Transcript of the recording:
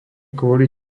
kvôli